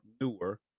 newer